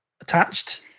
attached